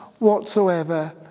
whatsoever